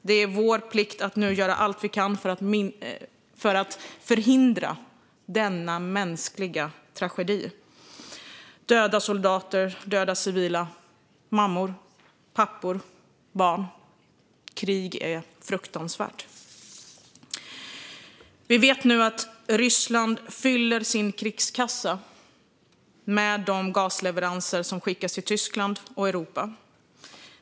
Det är vår plikt att nu göra allt vi kan för att förhindra denna mänskliga tragedi. Döda soldater, döda civila - mammor, pappor och barn. Krig är fruktansvärt. Vi vet nu att Ryssland fyller sin krigskassa med de gasleveranser som görs till Tyskland och Europa.